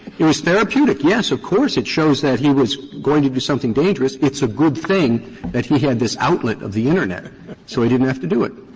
it was therapeutic. yes, of course, it shows that he was going to do something dangerous. it's a good thing that he had this outlet of the internet so he didn't have to do it.